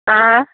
आएँ